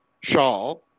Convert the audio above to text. shawl